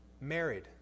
married